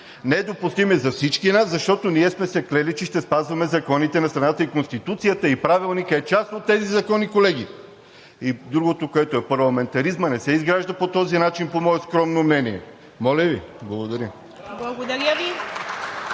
недопустимо за всички нас, защото ние сме се клели, че ще спазваме законите на страната и Конституцията, и Правилникът е част от тези закони, колеги! Парламентаризмът не се изгражда по този начин – по мое скромно мнение. Моля Ви! Благодаря.